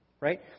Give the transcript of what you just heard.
Right